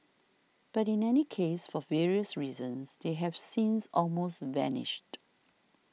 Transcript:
but in any case for various reasons they have since almost vanished